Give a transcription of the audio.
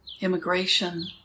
immigration